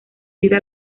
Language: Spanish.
vida